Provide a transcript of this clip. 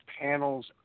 panels